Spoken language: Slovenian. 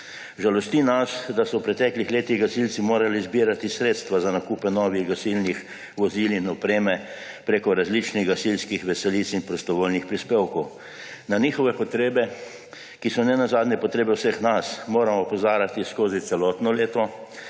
Žalosti nas, da so v preteklih letih gasilci morali zbirati sredstva za nakupe novih gasilnih vozil in opreme preko različnih gasilskih veselic in prostovoljnih prispevkov. Na njihove potrebe, ki so nenazadnje potrebe vseh nas, moramo opozarjati skozi celotno leto